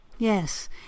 Yes